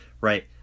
right